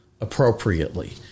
appropriately